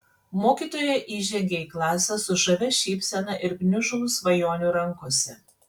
mokytoja įžengė į klasę su žavia šypsena ir gniužulu svajonių rankose